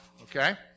okay